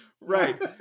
Right